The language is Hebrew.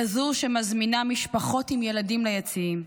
כזו שמזמינה משפחות עם ילדים ליציעים,